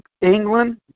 England